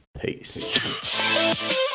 Peace